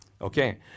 okay